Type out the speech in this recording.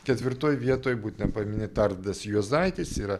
ketvirtoj vietoj būtina paminėt arvydas juozaitis yra